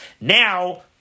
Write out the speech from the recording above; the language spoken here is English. Now